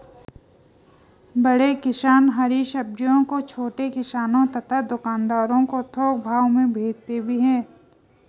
बड़े किसान हरी सब्जियों को छोटे किसानों तथा दुकानदारों को थोक भाव में भेजते भी हैं